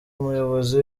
umuyobozi